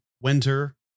winter